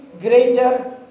greater